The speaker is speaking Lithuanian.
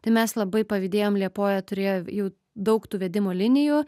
tai mes labai pavydėjom liepoja turėjo jau daug tų vedimo linijų